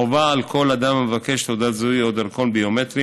חובה על כל אדם המבקש תעודת זהות או דרכון ביומטריים